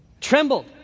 Trembled